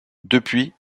depuis